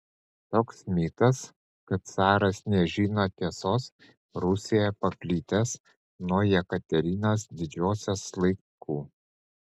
toks mitas kad caras nežino tiesos rusijoje paplitęs nuo jekaterinos didžiosios laikų